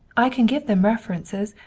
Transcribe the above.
i can give them references.